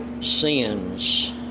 sins